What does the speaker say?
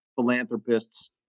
philanthropists